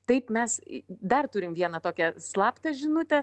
taip mes dar turim vieną tokią slaptą žinutę